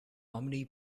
omni